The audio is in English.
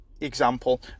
example